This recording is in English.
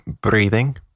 breathing